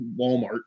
Walmart